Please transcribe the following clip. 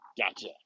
Gotcha